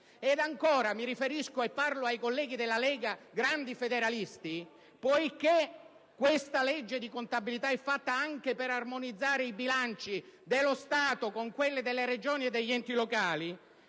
Ed ancora, riferendomi ai colleghi della Lega, grandi federalisti, poiché la legge di contabilità è stata predisposta anche per armonizzare i bilanci dello Stato con quelli delle Regioni e degli enti locali